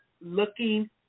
looking